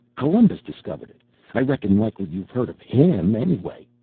columbus discovered it i reckon likely you've heard of him, anyway.